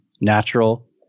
natural